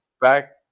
back